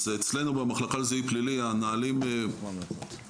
אז אצלנו במחלקה לזיהוי פלילי הנהלים ברורים.